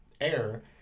air